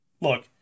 look